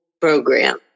program